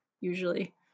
usually